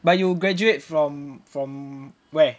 but you graduate from from where